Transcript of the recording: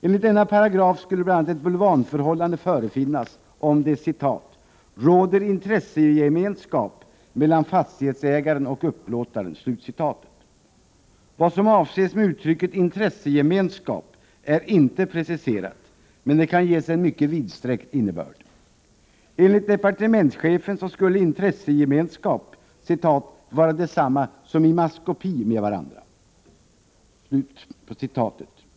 Enligt denna paragraf skulle bl.a. ett bulvanförhållande förefinnas om det ”råder intressegemenskap mellan fastighetsägaren och upplåtaren”. Vad som avses med uttrycket ”intressegemenskap” är inte preciserat, men det kan ges en mycket vidsträckt innebörd. Enligt departementschefen skulle intressegemenskap vara detsamma som ”i maskopi med varandra”.